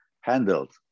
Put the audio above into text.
handled